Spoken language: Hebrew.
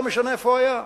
לא משנה איפה הוא היה.